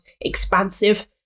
expansive